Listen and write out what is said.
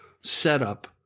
setup